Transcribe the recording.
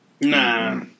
Nah